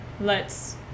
lets